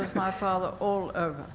my father all over.